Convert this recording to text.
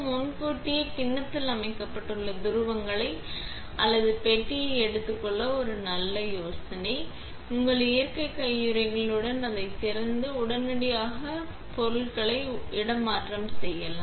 முன்கூட்டியே கிண்ணத்தில் அமைக்கப்பட்டுள்ள துருவங்களை அல்லது பெட்டியை எடுத்துக் கொள்ள ஒரு நல்ல யோசனை உங்கள் இயற்கை கையுறைகளுடன் அதைத் திறந்து உடனடியாக உங்கள் பொருட்களை உடனடியாக இடமாற்றம் செய்யலாம்